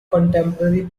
contemporary